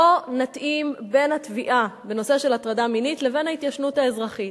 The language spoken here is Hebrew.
בואו נתאים בין התביעה בנושא של הטרדה מינית לבין ההתיישנות האזרחית.